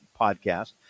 podcast